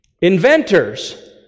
inventors